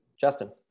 Justin